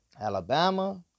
Alabama